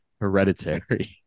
hereditary